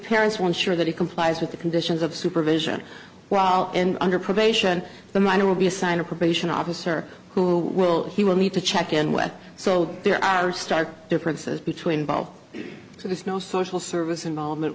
parents want to sure that it complies with the conditions of supervision and under probation the minor will be assigned of probation officer who will he will need to check in with so there are stark differences between bob so there's no social service involvement